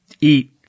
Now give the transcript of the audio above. eat